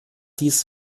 dies